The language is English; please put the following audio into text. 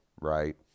right